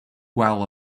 while